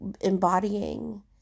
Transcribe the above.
embodying